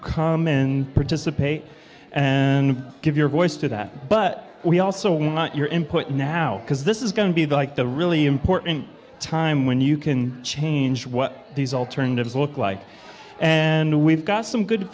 in participate and give your voice to that but we also want your input now because this is going to be like the really important time when you can change what these alternatives look like and we've got some good